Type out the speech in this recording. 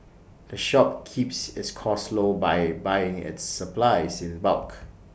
the shop keeps its costs low by buying its supplies in bulk